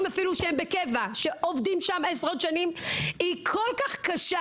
בקבע שעובדים שם עשרות שנים היא כול כך קשה.